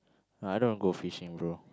I don't go fishing bro